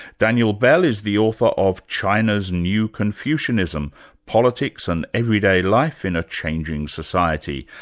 daniel bell is the author of china's new confucianism politics and everyday life in a changing society,